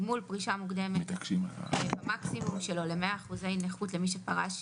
גמול פרישה מוקדמת במקסימום ל-100% נכות למי שפרש,